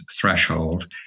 threshold